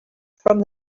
from